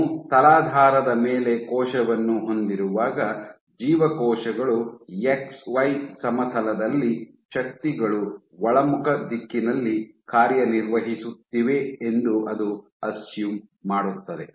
ನೀವು ತಲಾಧಾರದ ಮೇಲೆ ಕೋಶವನ್ನು ಹೊಂದಿರುವಾಗ ಜೀವಕೋಶಗಳು ಎಕ್ಸ್ ವೈ ಸಮತಲದಲ್ಲಿ ಶಕ್ತಿಗಳು ಒಳಮುಖ ದಿಕ್ಕಿನಲ್ಲಿ ಕಾರ್ಯನಿರ್ವಹಿಸುತ್ತಿವೆ ಎಂದು ಅದು ಅಸ್ಸ್ಯುಮ್ ಮಾಡುತ್ತದೆ